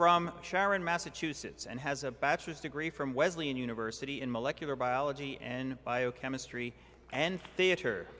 from sharon massachusetts and has a bachelor's degree from wesleyan university in molecular biology and biochemistry and theater